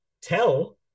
tell